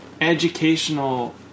educational